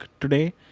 today